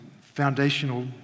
foundational